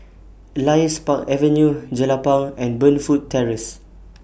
Elias Park Avenue Jelapang and Burnfoot Terrace